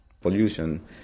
Pollution